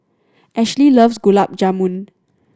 Ashly loves Gulab Jamun